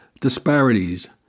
disparities